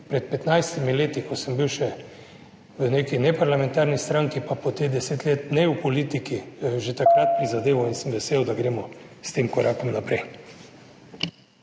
pred 15 leti, ko sem bil še v neki neparlamentarni stranki, pa potem 10 let ne v politiki, in sem vesel, da gremo s tem korakom naprej.